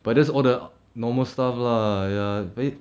but that's all the normal stuff lah !aiya! then